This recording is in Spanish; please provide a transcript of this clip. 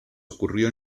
ocurrió